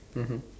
mmhmm